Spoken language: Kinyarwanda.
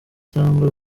cyangwa